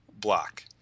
block